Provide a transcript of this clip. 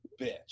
bitch